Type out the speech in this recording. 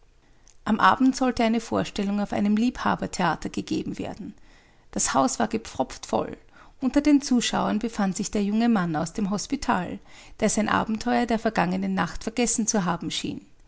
am abend sollte eine vorstellung auf einem liebhaber theater gegeben werden das haus war gepfropft voll unter den zuschauern befand sich der junge mann aus dem hospital der sein abenteuer der vergangenen nacht vergessen zu haben schien